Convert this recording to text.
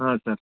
ಹಾಂ ಸರ್